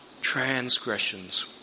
transgressions